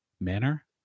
manner